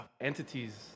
entities